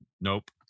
Nope